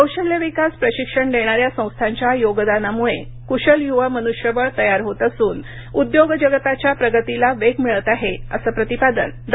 कौशल्य विकास प्रशिक्षण देणाऱ्या संस्थांच्या योगदानामुळे क्शल यूवा मनुष्यबळ तयार होत असून उद्योगजगताच्या प्रगतीला वेग मिळत आहे असं प्रतिपादन डॉ